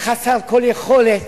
חסר כל יכולת,